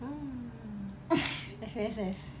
oh S_U_S_S